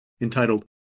entitled